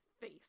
face